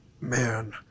Man